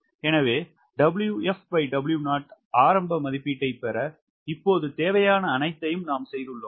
எனவே 𝑊𝑓W0 ஆரம்ப மதிப்பீட்டைப் பெற இப்போது தேவையான அனைத்தையும் செய்துள்ளோம்